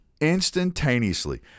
instantaneously